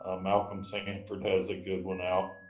ah malcolm sanford has a good one out.